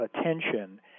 attention